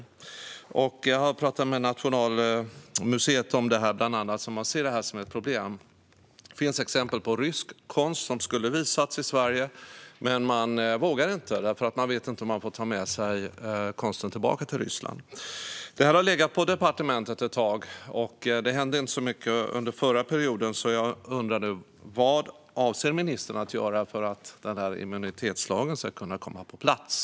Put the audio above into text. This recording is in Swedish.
Jag har talat med bland annat Nationalmuseum om detta, och de ser det som ett problem. Det finns exempel på rysk konst som skulle ha visats i Sverige, men man vågade inte eftersom man inte visste om man fick ta med sig konsten tillbaka till Ryssland. Detta har legat på departementet ett tag, och det hände inte så mycket under förra mandatperioden. Jag undrar därför: Vad avser ministern att göra för att immunitetslagen ska kunna komma på plats?